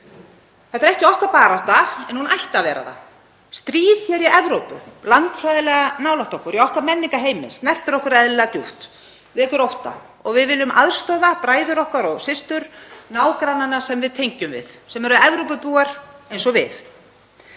Þetta er ekki okkar barátta en hún ætti að vera það. Stríð í Evrópu, landfræðilega nálægt okkur, í okkar menningarheimi, snertir okkur eðlilega djúpt, vekur ótta og við viljum aðstoða bræður okkar og systur, nágrannana sem við tengjum við, sem eru Evrópubúar eins og við.